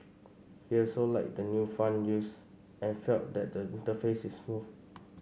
he also liked the new font used and felt that the interface is smooth